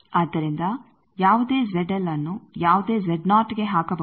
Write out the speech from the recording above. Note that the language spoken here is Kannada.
ಆದ್ದರಿಂದ ಯಾವುದೇ ಅನ್ನು ಯಾವುದೇ ಗೆ ಹಾಕಬಹುದು